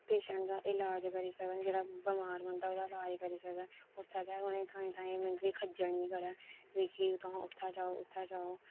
patient दा ईलाज करी सकन जेह्ड़ा बमार बंदा ओह्दा ईलाज करी सकै उत्थै गै उ'नेंगी थाहें थाहें मतलब कि खज्जल निं करै एह् निं कि तुस उत्थै जाओ उत्थै जाओ